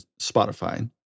Spotify